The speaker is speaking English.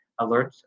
alerts